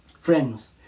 Friends